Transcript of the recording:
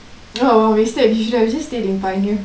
oh wasted you should have just stayed in pioneer